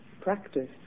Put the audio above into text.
practice